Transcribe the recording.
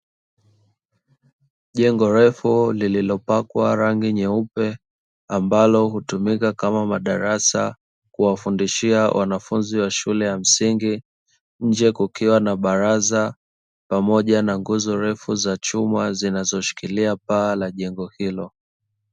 Jengo refu lililopakwa rangi nyeupe ambalo hutumika kama madarasa kuwafundishia wanafunzi wa shule ya msingi, nje kukiwa na baraza pamoja na nguzo refu za chuma zinazoshikilia paa la jengo hilo.